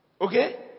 Okay